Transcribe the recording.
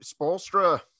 Spolstra